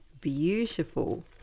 beautiful